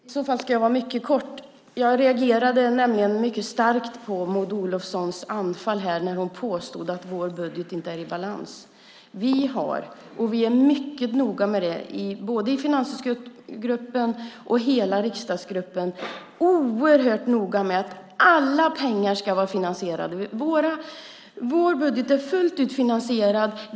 Herr talman! I så fall ska jag hålla mig mycket kort. Jag reagerade mycket starkt på Maud Olofssons anfall här när hon påstod att vår budget inte är i balans. Både i finansgruppen och i hela riksdagsgruppen är vi oerhört noga med att alla utgifter ska vara finansierade. Vår budget är fullt ut finansierad.